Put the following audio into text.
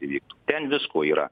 įvyktų ten visko yra